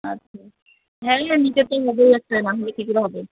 আচ্ছা হ্যাঁ নিতে তো হবেই একটা নাহলে কী করে হবে